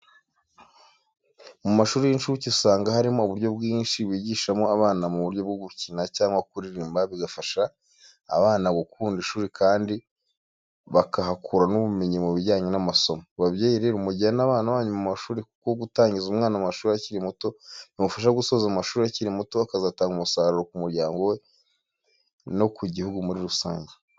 Mu mashuri y'incuke usanga harimo uburyo bwinshi bigishamo abana mu buryo bwo gukina cyangwa kuririmba, bigafasha abana gukunda ishuri kandi bakahakura n'ubumenyi mu bijyanye n'amasomo. Babyeyi rero mujyane abana banyu mu mashuri, kuko gutangiza umwana amashuri akiri muto bimufasha gusoza amashuri akiri muto, akazatanga umusaruro ku muryango we no ku gihugu muri rusange.